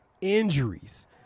injuries